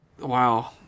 Wow